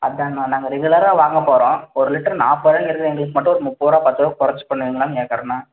அதாங்கஅண்ணா நாங்கள் ரெகுலராக வாங்கப் போகறோம் ஒரு லிட்ரு நாற்பர்ரூவாங்கிறது எங்களுக்கு மட்டும் ஒரு முப்பதுரூவா பத்துரூவா குறச்சி பண்ணுவீங்களான்னு கேட்குறேண்ணா